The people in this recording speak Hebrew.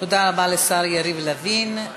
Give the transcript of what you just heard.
תודה רבה לשר יריב לוין.